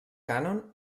cànon